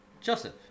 Joseph